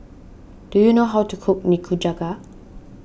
do you know how to cook Nikujaga